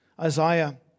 Isaiah